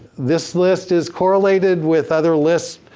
this list is correlated with other lists,